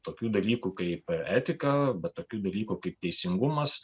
tokių dalykų kaip etika be tokių dalykų kaip teisingumas